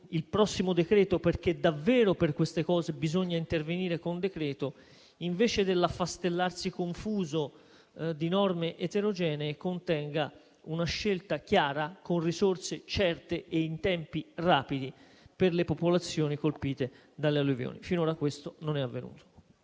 il prossimo decreto-legge - davvero su queste tematiche bisogna intervenire con decreto-legge - contenga, invece dell'affastellarsi confuso di norme eterogenee, una scelta chiara, con risorse certe e tempi rapidi per le popolazioni colpite dalle alluvioni. Finora questo non è avvenuto.